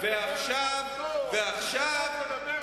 אולי תדבר על תוכנו?